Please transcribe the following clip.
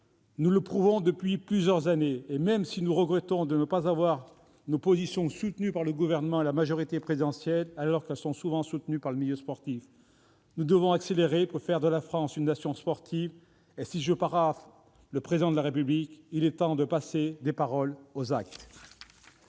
Nous le prouvons depuis plusieurs années, même si nous regrettons de ne pas voir nos positions soutenues par le Gouvernement et la majorité présidentielle, alors qu'elles sont souvent soutenues par le milieu sportif. Nous devons accélérer pour faire de la France une nation sportive. Pour paraphraser le Président de la République, je dirai qu'il est temps de passer des paroles aux actes